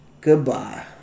Goodbye